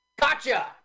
Gotcha